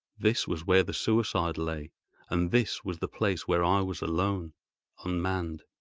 this was where the suicide lay and this was the place where i was alone unmanned,